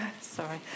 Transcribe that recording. Sorry